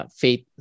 faith